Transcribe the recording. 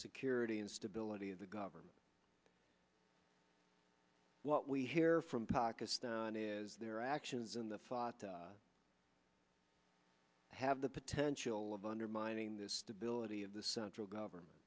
security and stability of the government what we hear from pakistan is their actions in the fata have the potential of undermining the stability of the central government